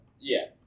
Yes